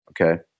Okay